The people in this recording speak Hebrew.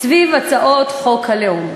סביב הצעת חוק הלאום,